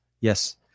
Yes